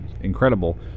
incredible